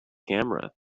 camera